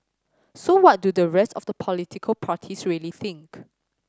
so what do the rest of the political parties really think